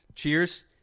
Cheers